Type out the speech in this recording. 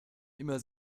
immer